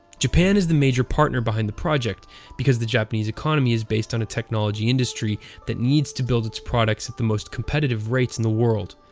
japan is the major partner behind the project because the japanese economy is based on a technology industry that needs to build its products at the most competitive rates in the world.